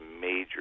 major